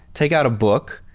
take out a book,